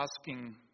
asking